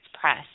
Press